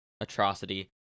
atrocity